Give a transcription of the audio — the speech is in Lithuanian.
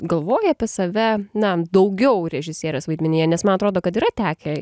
galvoji apie save na daugiau režisierės vaidmenyje nes man atrodo kad yra tekę